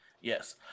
Yes